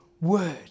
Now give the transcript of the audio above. word